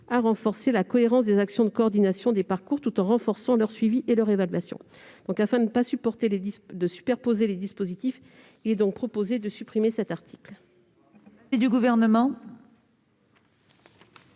à renforcer la cohérence des actions de coordination des parcours tout en renforçant leur suivi et leur évaluation. Afin de ne pas superposer les dispositifs, il est proposé de supprimer cet article.